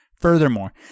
Furthermore